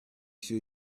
sure